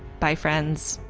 bye friends!